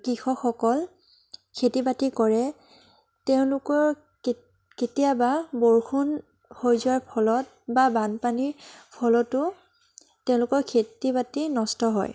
কৃষকসকল খেতি বাতি কৰে তেওঁলোকৰ কেত কেতিয়াবা বৰষুণ হৈ যোৱাৰ ফলত বা বানপানীৰ ফলতো তেওঁলোকৰ খেতি বাতি নষ্ট হয়